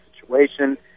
situation